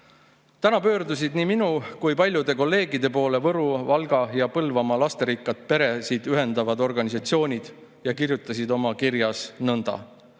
pöördusid nii minu kui ka paljude kolleegide poole Võru‑, Valga‑ ja Põlvamaa lasterikkaid peresid ühendavad organisatsioonid ja kirjutasid oma kirjas nõnda: